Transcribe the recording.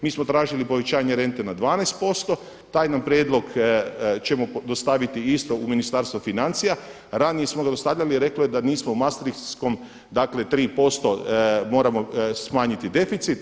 Mi smo tražili povećanje rente na 12%, taj prijedlog ćemo dostaviti isto u Ministarstvo financija, ranije samo ga dostavljali i reklo je da nismo u mastriškom dakle 3% moramo smanjiti deficit.